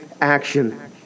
action